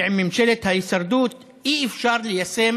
כי עם ממשלת ההישרדות אי-אפשר ליישם